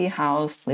house